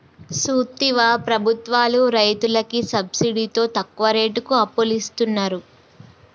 సూత్తివా ప్రభుత్వాలు రైతులకి సబ్సిడితో తక్కువ రేటుకి అప్పులిస్తున్నరు